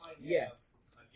Yes